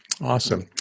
Awesome